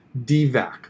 DVAC